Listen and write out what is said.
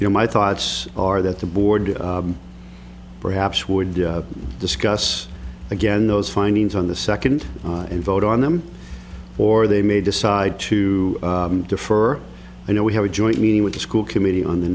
you know my thoughts are that the board perhaps would discuss again those findings on the second vote on them or they may decide to defer i know we have a joint meeting with the school committee on the